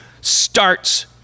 starts